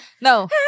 No